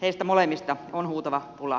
heistä molemmista on huutava pula